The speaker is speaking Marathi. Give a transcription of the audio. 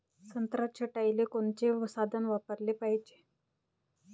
संत्रा छटाईले कोनचे साधन वापराले पाहिजे?